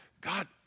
God